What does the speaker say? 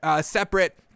separate